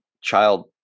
child